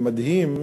ומדהים,